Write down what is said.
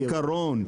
כעיקרון,